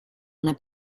una